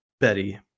Betty